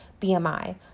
bmi